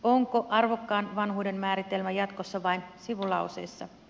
onko arvokkaan vanhuuden määritelmä jatkossa vain sivulauseissa